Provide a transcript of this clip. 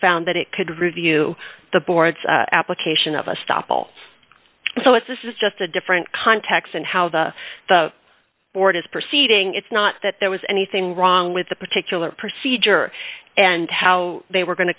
found that it could review the board's application of a stop all so if this is just a different context and how the the board is proceeding it's not that there was anything wrong with the particular procedure and how they were going to